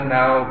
now